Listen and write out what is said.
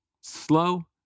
slow